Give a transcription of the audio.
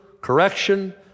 correction